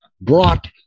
brought